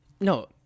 No